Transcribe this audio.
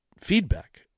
feedback